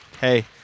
hey